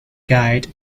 guide